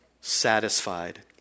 satisfied